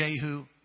Jehu